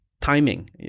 timing